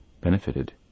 benefited